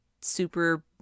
super